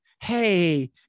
Hey